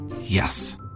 Yes